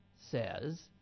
says